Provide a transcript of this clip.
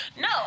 No